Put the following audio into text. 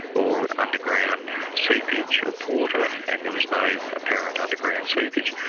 or underground seepage of water and there was no apparent underground seepage.